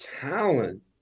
talent